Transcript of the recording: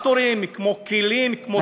טרקטורים, כמו כלים, כמו ציוד.